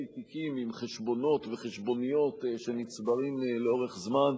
תיקים עם חשבונות וחשבוניות שנצברים לאורך זמן.